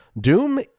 Doom